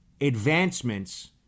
advancements